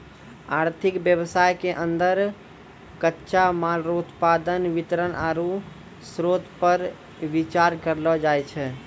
आर्थिक वेवस्था के अन्दर कच्चा माल रो उत्पादन वितरण आरु श्रोतपर बिचार करलो जाय छै